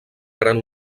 gran